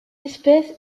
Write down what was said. espèce